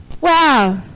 Wow